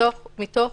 מתוך